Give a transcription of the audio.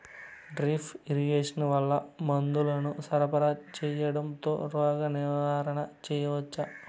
Drip irrigation వల్ల మందులను సరఫరా సేయడం తో రోగ నివారణ చేయవచ్చా?